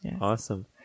Awesome